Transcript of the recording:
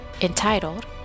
entitled